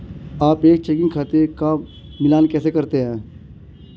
आप एक चेकिंग खाते का मिलान कैसे करते हैं?